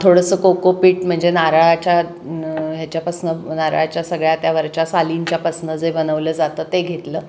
थोडंसं कोकोपीट म्हणजे नारळाच्या ह्याच्यापासनं नारळाच्या सगळ्या त्या वरच्या सालींच्यापासनं जे बनवलं जातं ते घेतलं